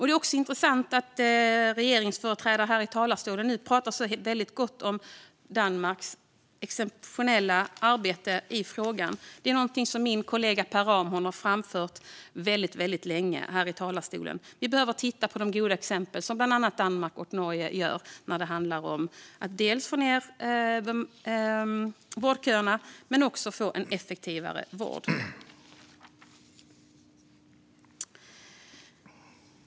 Det är också intressant att regeringsföreträdare här i talarstolen pratar så väldigt gott om Danmarks exceptionella arbete i frågan. Det är någonting som min kollega Per Ramhorn har framfört väldigt länge här från talarstolen. Vi behöver titta på de goda exemplen från bland annat Danmark och Norge när det handlar om att dels få ned vårdköerna, dels få en effektivare vård.